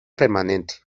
permanente